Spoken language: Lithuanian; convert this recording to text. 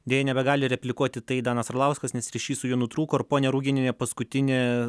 deja nebegali replikuoti į tai danas arlauskas nes ryšys su juo nutrūko ir ponia ruginiene paskutinė